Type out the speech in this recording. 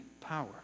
power